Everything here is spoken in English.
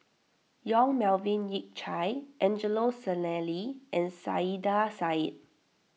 Yong Melvin Yik Chye Angelo Sanelli and Saiedah Said